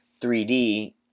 3D